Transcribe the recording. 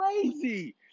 crazy